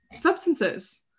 substances